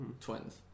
twins